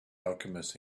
alchemist